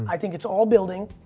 i think it's all building.